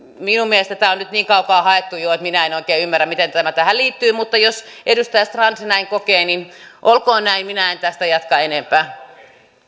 minun mielestäni tämä on nyt niin kaukaa haettu jo että minä en oikein ymmärrä miten tämä tähän liittyy mutta jos edustaja strand näin kokee niin olkoon näin minä en tästä jatka enempää